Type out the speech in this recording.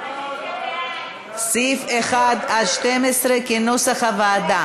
סעיפים 1 12 נתקבלו.